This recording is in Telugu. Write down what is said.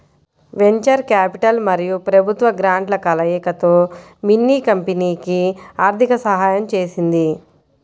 వెంచర్ క్యాపిటల్ మరియు ప్రభుత్వ గ్రాంట్ల కలయికతో మిన్నీ కంపెనీకి ఆర్థిక సహాయం చేసింది